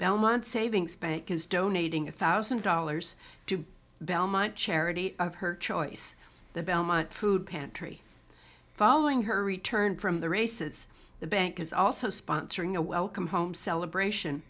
belmont savings bank is donating a thousand dollars to belmont charity of her choice the belmont food pantry following her return from the races the bank is also sponsoring a welcome home celebration